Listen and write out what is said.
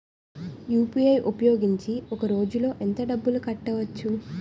UPI ఉపయోగించి ఒక రోజులో ఎంత డబ్బులు కట్టవచ్చు?